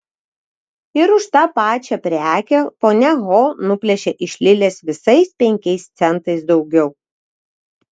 ir už tą pačią prekę ponia ho nuplėšė iš lilės visais penkiais centais daugiau